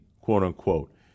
quote-unquote